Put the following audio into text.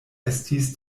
estis